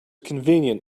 convenient